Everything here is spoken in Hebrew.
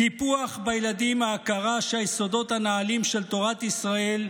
טיפוח בילדים ההכרה היסודות הנעלים של תורת ישראל,